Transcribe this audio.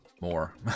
more